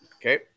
Okay